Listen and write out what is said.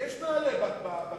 יש נעל"ה בקיבוצים.